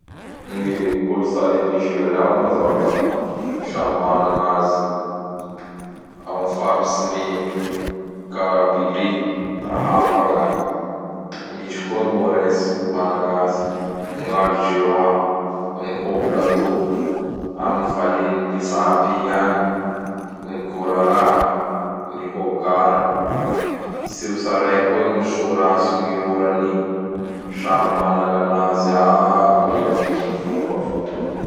Gny kolotsay a Nizeria moa zao da samy manan gn'azy. Am faritsy ny Kaabily da hafa gn'agny. Misy koa gn'ores managn'azy. Gn'Alzeroa, gn hôplatô, am vale gn Mizapy igny agny, gn gôrara, gny hôgara. Tsy ho tsaraiko koa gny Hôra sy ny Hôrany. Samy mana gn'anazy aby reo am gn fombafomba.